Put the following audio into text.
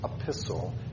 epistle